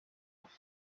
igice